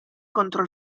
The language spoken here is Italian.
contro